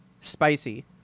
Spicy